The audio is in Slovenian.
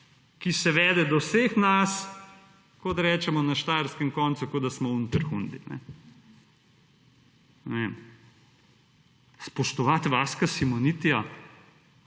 ki se vede do vseh nas, kot rečemo na štajerskem koncu, kot da smo / nerazumljivo/. Spoštovati Vaska Simonitija,